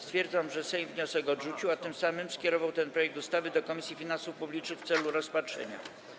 Stwierdzam, że Sejm wniosek odrzucił, a tym samym skierował ten projekt ustawy do Komisji Finansów Publicznych w celu rozpatrzenia.